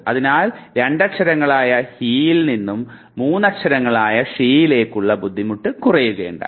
അതിനാൽ രണ്ടു അക്ഷരങ്ങളായ he യിൽ നിന്നും മൂന്ന് അക്ഷരങ്ങളായ she യ്ക്കുള്ള ബുദ്ധിമുട്ട് കുറയുകയുണ്ടായി